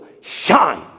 shine